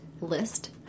list